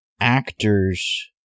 actors